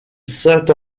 saint